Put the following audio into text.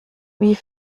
wie